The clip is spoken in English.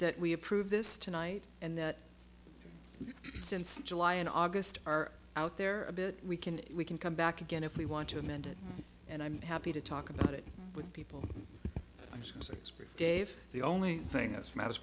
that we approve this tonight and that since july and august are out there a bit we can we can come back again if we want to amend it and i'm happy to talk about it with people like dave the only thing that matter